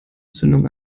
zündung